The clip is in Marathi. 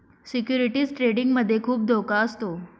सिक्युरिटीज ट्रेडिंग मध्ये खुप धोका असतो